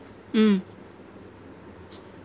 mm